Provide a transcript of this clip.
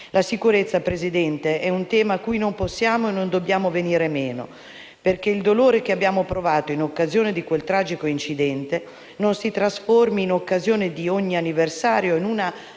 La sicurezza, signora Presidente, è un tema cui non possiamo e non dobbiamo venir meno, perché il dolore che abbiamo provato in occasione di quel tragico incidente non si trasformi, in occasione di ogni anniversario, in una